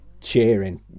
cheering